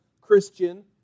Christian